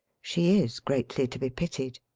she is greatly to be pitied.